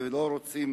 ורוצים